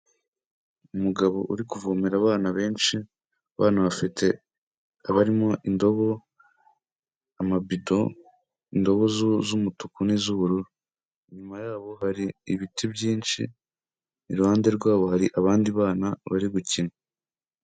Umugabo uri kuvomera abana benshi, abana bafite abarimo indobo, amabido, indobo z'umutuku n'iz'ubururu, inyuma yabo hari ibiti byinshi, iruhande rwabo hari abandi bana bari gukina.